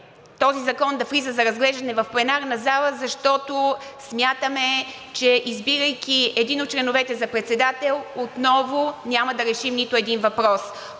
този закон да влиза за разглеждане в пленарната зала, защото смятаме, че избирайки един от членовете за председател, отново няма да решим нито един въпрос.